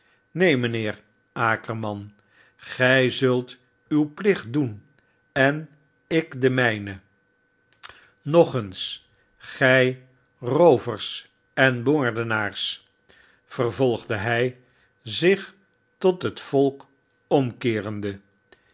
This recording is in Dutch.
neen mijnheer ake man gij zult uw phch doen en ik den mijnen nog eens gij roovers enmoordenaars vervolgde hij zich tot het volk omkeerende